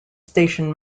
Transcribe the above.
station